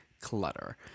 clutter